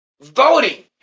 voting